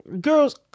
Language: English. girls